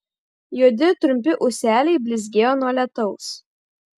juodi trumpi ūseliai blizgėjo nuo lietaus